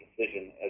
decision